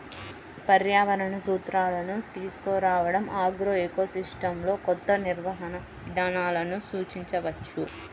పర్యావరణ సూత్రాలను తీసుకురావడంఆగ్రోఎకోసిస్టమ్లోకొత్త నిర్వహణ విధానాలను సూచించవచ్చు